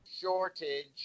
shortage